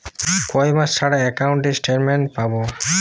কয় মাস ছাড়া একাউন্টে স্টেটমেন্ট পাব?